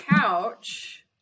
couch